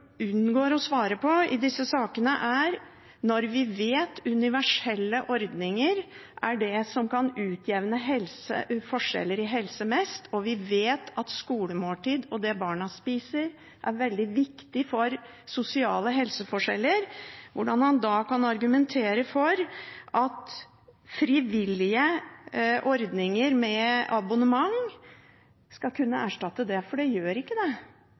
unngår å svare på i disse sakene, er: Når vi vet at universelle ordninger er det som best kan utjevne forskjeller i helse, og vi vet at skolemåltid og det barna spiser, er veldig viktig opp mot sosiale helseforskjeller, hvordan kan han da argumentere for at frivillige ordninger med abonnement skal kunne erstatte det? For det gjør ikke det.